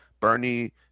Bernie